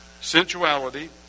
sensuality